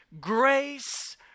Grace